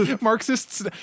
Marxists